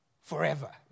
forever